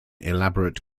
elaborate